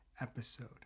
episode